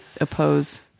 oppose